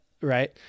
right